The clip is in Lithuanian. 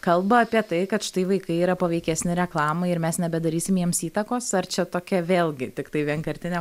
kalba apie tai kad štai vaikai yra paveikesni reklamai ir mes nebedarysim jiems įtakos ar čia tokia vėlgi tiktai vienkartinė